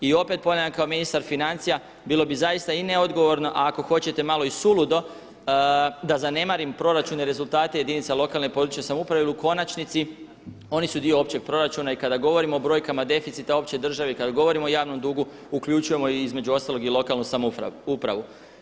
I opet ponavljam, kao ministar financija bilo bi zaista i neodgovorno a ako hoćete malo i suludo da zanemarim proračune i rezultate jedinica lokalne i područne samouprave jer u konačnici oni su dio općeg proračuna i kada govorimo o brojkama deficita opće države i kada govorimo o javnom dugu i kada govorimo o javnom dugu uključujemo i između ostalog i lokalnu samoupravu.